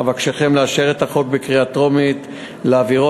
אבקשכם לאשר את החוק בקריאה טרומית ולהעבירו